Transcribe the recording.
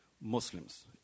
Muslims